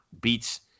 beats